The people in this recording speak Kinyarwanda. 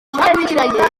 cyakurikiranye